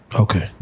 Okay